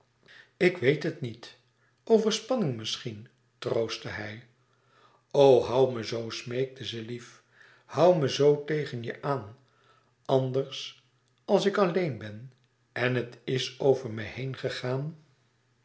ik weet het niet overspanning misschien troostte hij o hoû me zoo smeekte ze lief hoû me zoo tegen je aan anders als ik alleen ben en het is over me heen gegaan